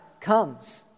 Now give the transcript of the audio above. comes